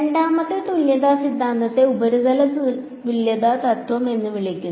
രണ്ടാമത്തെ തുല്യത സിദ്ധാന്തത്തെ ഉപരിതല തുല്യത തത്വം എന്ന് വിളിക്കുന്നു